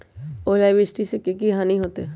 ओलावृष्टि से की की हानि होतै?